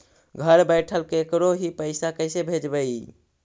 घर बैठल केकरो ही पैसा कैसे भेजबइ?